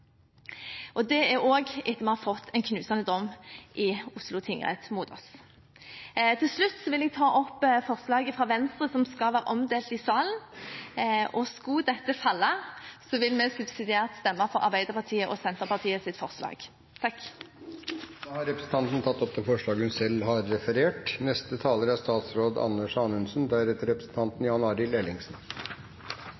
etter at vi har fått en knusende dom i Oslo tingrett mot oss. Til slutt vil jeg ta opp forslaget fra Venstre, som skal være omdelt i salen. Skulle dette falle, vil vi subsidiært stemme for Arbeiderpartiet og Senterpartiets forslag. Representanten Iselin Nybø har tatt opp det forslaget hun